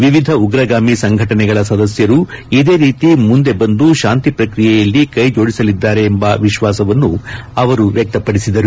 ವಿವಿಧ ಉಗ್ರಗಾಮಿ ಸಂಘಟನೆಗಳ ಸದಸ್ನರು ಇದೇ ರೀತಿ ಮುಂದೆ ಬಂದು ಶಾಂತಿ ಪ್ರಕ್ರಿಯೆಯಲ್ಲಿ ಕೈಜೋಡಿಸಲಿದ್ದಾರೆಂಬ ವಿಶ್ವಾಸವನ್ನು ಅವರು ವ್ಯಕ್ತಪಡಿಸಿದರು